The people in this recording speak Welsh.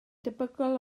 debygol